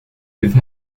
with